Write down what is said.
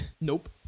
Nope